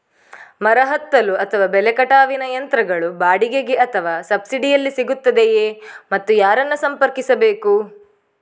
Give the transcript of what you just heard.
ಮರ ಹತ್ತಲು ಅಥವಾ ಬೆಲೆ ಕಟಾವಿನ ಯಂತ್ರಗಳು ಬಾಡಿಗೆಗೆ ಅಥವಾ ಸಬ್ಸಿಡಿಯಲ್ಲಿ ಸಿಗುತ್ತದೆಯೇ ಮತ್ತು ಯಾರನ್ನು ಸಂಪರ್ಕಿಸಬೇಕು?